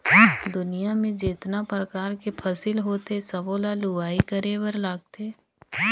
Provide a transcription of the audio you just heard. दुनियां में जेतना परकार के फसिल होथे सबो ल लूवाई करे बर लागथे